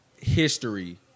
history